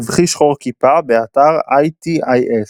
סבכי שחור-כיפה, באתר ITIS